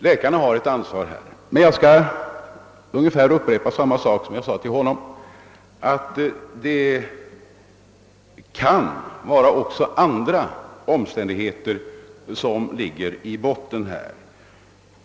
Läkarna har ett ansvar i detta avseende. Jag vill emellertid påpeka, liksom jag också gjorde för herr Kaijser, att också andra omständigheter här kan spela in.